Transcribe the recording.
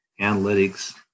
analytics